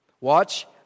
Watch